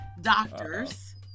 doctors